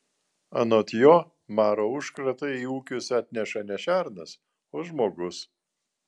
anot jo maro užkratą į ūkius atneša ne šernas o žmogus